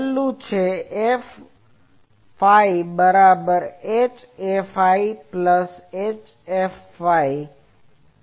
છેલ્લું છે Hφ બરાબર φ પ્લસ φ